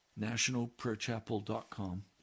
NationalPrayerChapel.com